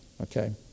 okay